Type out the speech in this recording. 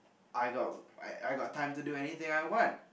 I got I I got time to do anything I want